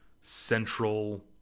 Central